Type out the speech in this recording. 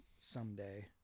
someday